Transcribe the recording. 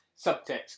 subtext